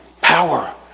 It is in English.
power